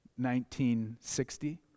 1960